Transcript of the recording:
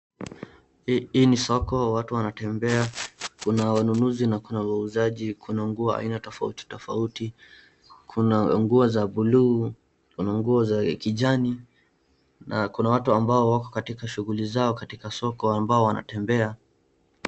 Hii ni soko watu wanatembea, kuna wanunuzi na kuna wauzaji. Kuna nguo aina tofauti tofauti. Kuna nguo za bluu, kuna nguo za kijani na kuna watu ambao wako katika shughuli zao katika soko ambao wanatembea.